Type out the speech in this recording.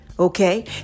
Okay